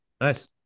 Nice